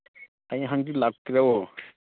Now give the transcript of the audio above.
ꯍꯌꯦꯡ ꯍꯪꯆꯤꯠ ꯂꯥꯛꯀꯦꯔꯣ